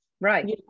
right